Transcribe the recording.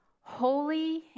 holy